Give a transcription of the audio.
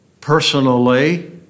personally